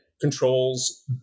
controls